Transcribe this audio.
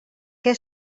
què